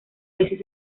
veces